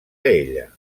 ella